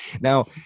Now